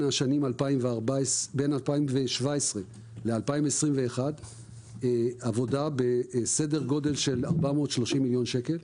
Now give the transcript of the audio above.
השנים 2017 ל-2021 עבודה בסדר גודל של 430 מיליון שקל,